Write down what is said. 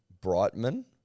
Brightman